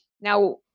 Now